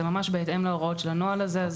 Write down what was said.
זה ממש בהתאם להוראות של הנוהל הזה.